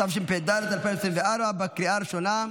התשפ"ד 2024, בקריאה הראשונה.